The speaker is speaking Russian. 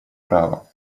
права